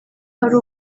hari